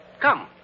Come